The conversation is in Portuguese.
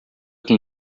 quem